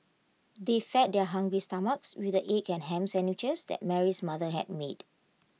they fed their hungry stomachs with the egg and Ham Sandwiches that Mary's mother had made